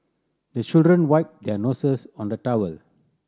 the children wipe their noses on the towel